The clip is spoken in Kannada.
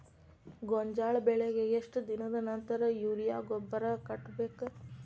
ಗೋಂಜಾಳ ಬೆಳೆಗೆ ಎಷ್ಟ್ ದಿನದ ನಂತರ ಯೂರಿಯಾ ಗೊಬ್ಬರ ಕಟ್ಟಬೇಕ?